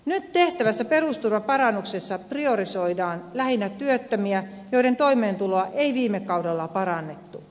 nyt tehtävässä perusturvaparannuksessa priorisoidaan lähinnä työttömiä joiden toimeentuloa ei viime kaudella parannettu